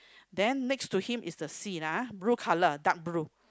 then next to him is the sea lah blue colour dark blue